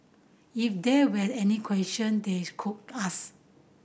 if there were any question they could ask